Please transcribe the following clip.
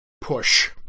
push